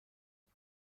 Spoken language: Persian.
کسی